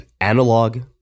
analog